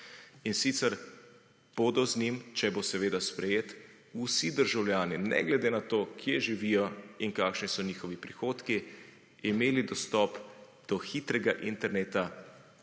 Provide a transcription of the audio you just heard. in sicer bodo z njim, če bo seveda sprejet, vsi državljani, ne glede na to, kje živijo in kakšni so njihovi prihodki, imeli dostop do hitrega interneta